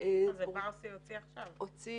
--- משה בר סימן טוב הוציא עכשיו עדכון.